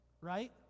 right